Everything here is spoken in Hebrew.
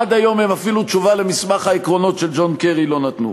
עד היום אפילו תשובה על מסמך העקרונות של ג'ון קרי הם לא נתנו.